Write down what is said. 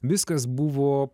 viskas buvo